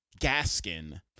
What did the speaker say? Gaskin